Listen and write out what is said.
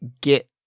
get